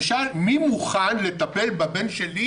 ושאל מי מוכן לטפל בבן שלי,